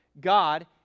God